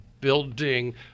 building